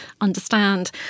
understand